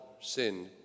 sinned